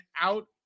out